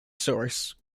source